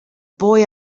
boy